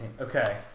Okay